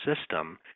system